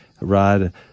Rod